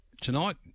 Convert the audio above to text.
Tonight